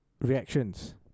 reactions